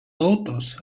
tautos